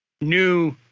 new